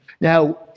Now